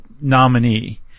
nominee